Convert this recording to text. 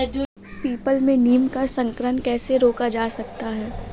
People में नीम का संकरण कैसे रोका जा सकता है?